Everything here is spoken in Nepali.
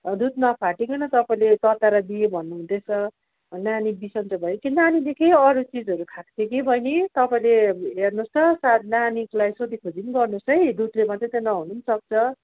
दुध नफाटिकन तपाईँले तताएर दिएँ भन्नु हुँदैछ नानी बिसञ्चो भयो त्यो नानीले अरू केही चिजहरू खाएको थियो कि बहिनी तपाईँले हेर्नोस् त सायद नानीलाई सोधीखोजी नि गर्नोस् है दुधले मात्रै त नहुन पनि सक्छ